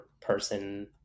person